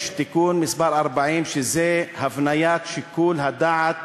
יש תיקון מס' 40, שזה הבניית שיקול הדעת